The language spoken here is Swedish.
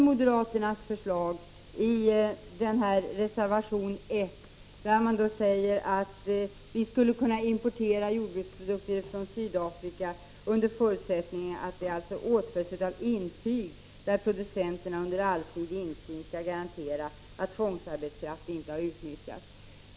Moderaternas förslag i reservation 1 är att vi skall importera jordbruksprodukter från Sydafrika under förutsättning att de åtföljs av intyg där producenterna under allsidig insyn garanterar att tvångsarbetskraft inte har utnyttjats.